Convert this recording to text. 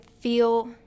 feel